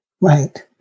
right